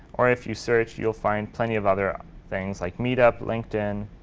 or if you search, you'll find plenty of other things like meetup, linkedin,